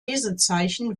lesezeichen